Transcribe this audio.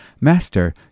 Master